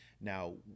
Now